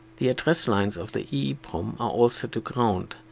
the address lines of the eeprom are all set to ground.